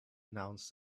announced